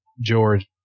George